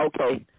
okay